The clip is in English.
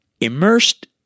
Immersed